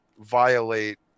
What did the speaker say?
violate